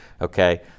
okay